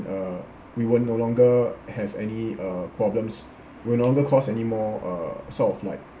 uh we will no longer have any uh problems we will no longer cost anymore uh sort of like